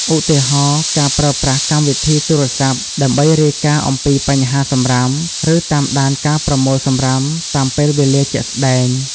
ឧទាហរណ៍ ការប្រើប្រាស់កម្មវិធីទូរស័ព្ទដើម្បីរាយការណ៍អំពីបញ្ហាសំរាម ឬតាមដានការប្រមូលសំរាមតាមពេលវេលាជាក់ស្តែង។